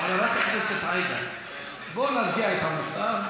חברת הכנסת עאידה, בואי נרגיע את המצב.